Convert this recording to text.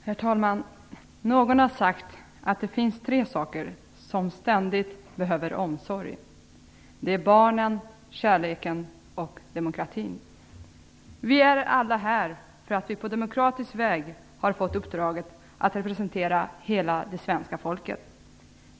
Herr talman! Någon har sagt att det finns tre saker som ständigt behöver omsorg. Det är barnen, kärleken och demokratin. Vi är alla här för att vi på demokratisk väg har fått uppdraget att representera hela det svenska folket.